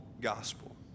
gospel